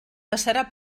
passarà